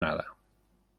nada